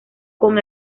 con